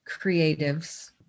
creatives